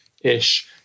ish